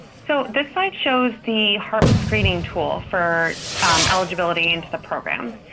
so this slide shows the harp screening tool for eligibility into the program.